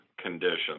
conditions